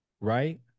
Right